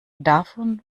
davon